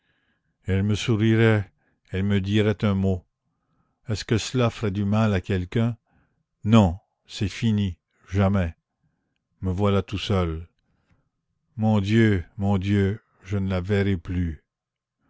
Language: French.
elle me sourirait elle me dirait un mot est-ce que cela ferait du mal à quelqu'un non c'est fini jamais me voilà tout seul mon dieu mon dieu je ne la verrai plus